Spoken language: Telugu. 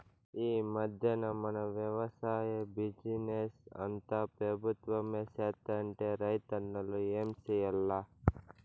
ఈ మధ్దెన మన వెవసాయ బిజినెస్ అంతా పెబుత్వమే సేత్తంటే రైతన్నలు ఏం చేయాల్ల